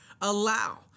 allow